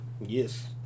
Yes